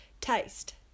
taste